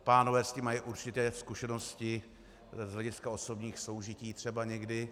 Pánové s tím mají určitě zkušenosti z hlediska osobních soužití třeba někdy.